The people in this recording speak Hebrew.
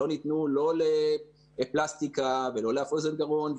לא ניתנו לא לפלסטיקה ולא לאף אוזן גרון,